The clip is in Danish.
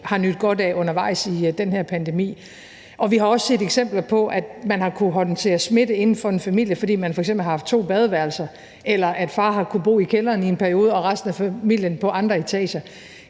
har nydt godt af undervejs i den her pandemi. Vi har også set eksempler på, at man har kunnet håndtere smitte inden for en familie, fordi man f.eks. har haft to badeværelser, eller at far har kunnet bo i kælderen i en periode og resten af familien på andre etager.